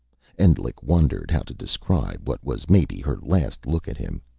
endlich wondered how to describe what was maybe her last look at him.